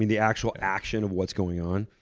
the actual action of what's going on.